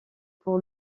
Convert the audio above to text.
pour